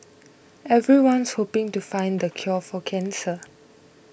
everyone's hoping to find the cure for cancer